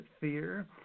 fear